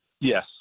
Yes